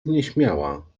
nieśmiała